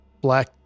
black